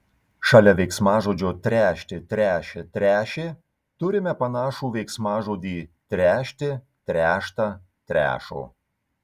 šalia veiksmažodžio tręšti tręšia tręšė turime panašų veiksmažodį trešti tręšta trešo